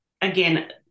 again